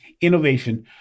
innovation